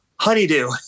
Honeydew